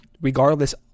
regardless